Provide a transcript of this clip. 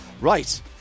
Right